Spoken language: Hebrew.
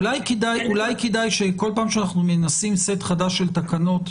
אולי כדאי שכל פעם שאנחנו מנסים סט חדש של תקנות,